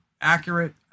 accurate